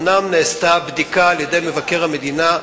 אומנם נעשתה בדיקה על-ידי מבקר המדינה,